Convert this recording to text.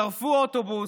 שרפו אוטובוס,